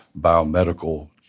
biomedical